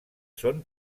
són